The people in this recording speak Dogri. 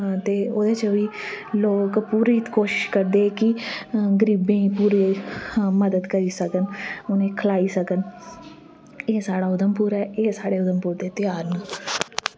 ते ओह्दे च बी लोग पूरी कोशिश करदे की गरीबें दी पूरी मदद करी सकन उनेंई खलाई सकन एह् साढ़ा उधमपुर ऐ एह् साढ़े उधमपुर दे ध्यार न